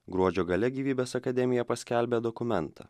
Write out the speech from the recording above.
gruodžio gale gyvybės akademija paskelbė dokumentą